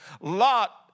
Lot